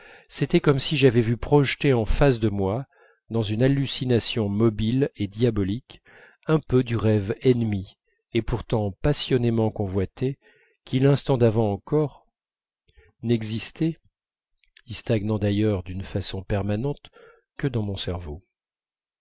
c'était comme si j'avais vu projeté en face de moi dans une hallucination mobile et diabolique un peu de rêve ennemi et pourtant passionnément convoité qui l'instant d'avant encore n'existait y stagnant d'ailleurs d'une façon permanente que dans mon cerveau